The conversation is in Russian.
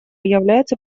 является